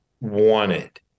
wanted